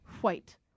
white